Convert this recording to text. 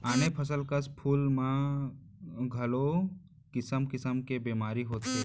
आने फसल कस फूल मन म घलौ किसम किसम के बेमारी होथे